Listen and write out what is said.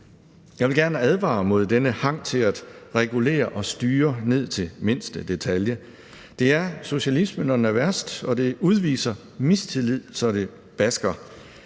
Jeg vil gerne advare mod denne hang til at regulere og styre ned til mindste detalje. Det er socialisme, når den er værst, og det udviser mistillid, så det basker.